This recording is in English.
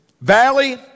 valley